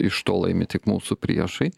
iš to laimi tik mūsų priešai